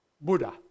Buddha